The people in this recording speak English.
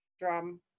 drum